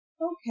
Okay